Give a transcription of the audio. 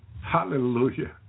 Hallelujah